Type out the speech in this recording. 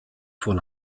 von